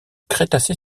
crétacé